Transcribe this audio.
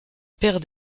père